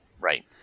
Right